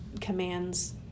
commands